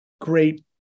great